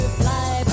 fly